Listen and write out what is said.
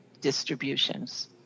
distributions